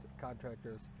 contractors